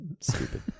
stupid